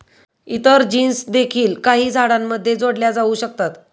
इतर जीन्स देखील काही झाडांमध्ये जोडल्या जाऊ शकतात